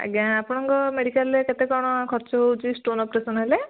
ଆଜ୍ଞା ଆପଣଙ୍କ ମେଡିକାଲ୍ରେ କେତେ କ'ଣ ଖର୍ଚ୍ଚ ହେଉଛି ଷ୍ଟୋନ୍ ଅପରେସନ୍ ହେଲେ